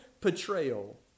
portrayal